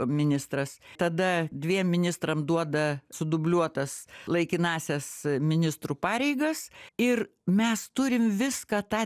ministras tada dviem ministram duoda sudubliuotas laikinąsias ministrų pareigas ir mes turim viską tą